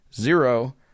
zero